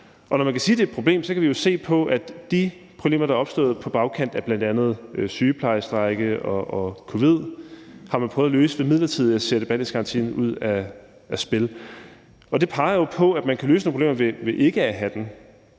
Når man kan sige, det er et problem, så kan vi jo se på, at de problemer, der er opstået på bagkant af bl.a. sygeplejestrejken og covid, har man prøvet at løse ved midlertidigt at sætte behandlingsgarantien ud af spil. Det peger jo på, at man kan løse nogle problemer ved ikke at have